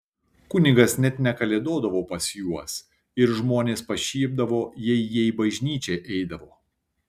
kunigas net nekalėdodavo pas juos ir žmonės pašiepdavo jei jie į bažnyčią eidavo